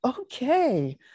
okay